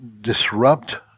disrupt